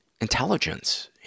intelligence